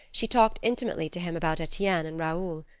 she talked intimately to him about etienne and raoul.